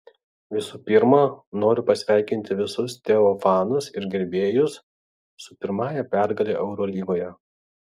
visų pirma noriu pasveikinti visus teo fanus ir gerbėjus su pirmąja pergale eurolygoje